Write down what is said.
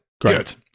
great